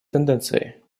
тенденцией